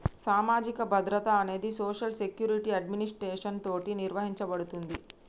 సామాజిక భద్రత అనేది సోషల్ సెక్యురిటి అడ్మినిస్ట్రేషన్ తోటి నిర్వహించబడుతుంది